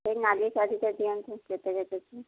ସେଇ ନାଲି ଶାଢ଼ୀଟା ଦିଅନ୍ତୁ କେତେ ରେଟ୍ ଅଛି